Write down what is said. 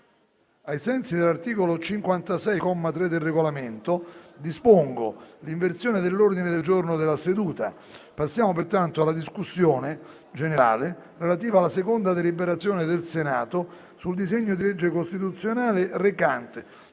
Ai sensi dell'articolo 56, comma 3, del Regolamento, dispongo l'inversione dell'ordine del giorno della seduta. Passiamo pertanto alla discussione generale relativa alla seconda deliberazione del Senato sul disegno di legge costituzionale recante